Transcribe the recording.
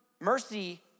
mercy